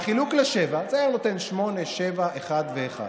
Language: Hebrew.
בחילוק ל-7 זה היה נותן 8, 7, 1 ו-1.